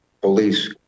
Police